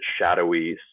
shadowy